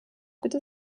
bitte